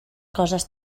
coses